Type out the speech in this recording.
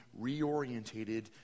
reorientated